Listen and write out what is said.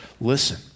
listen